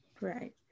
right